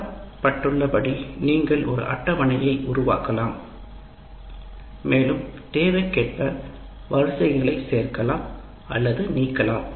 காட்டப்பட்டுள்ளபடி நீங்கள் ஒரு அட்டவணையை உருவாக்கலாம் மேலும் தேவைக்கேற்ப வரிசைகளைச் சேர்க்கலாம் அல்லது நீக்கலாம்